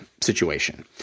situation